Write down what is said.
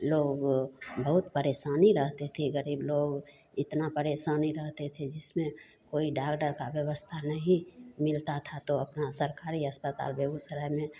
लोग बहुत परेशानी रहते थे गरीब लोग इतना परेशानी रहते थे जिसमें कोई डागडर का व्यवस्था नहीं मिलता था तो अपना सरकारी अस्पताल बेगूसराय में